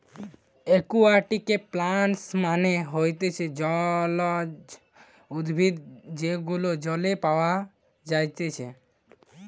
একুয়াটিকে প্লান্টস মানে হতিছে জলজ উদ্ভিদ যেগুলো জলে পাওয়া যাইতেছে